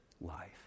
life